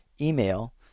email